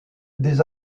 des